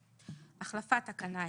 החלפת תקנה 1,